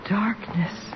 darkness